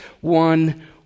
one